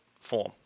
form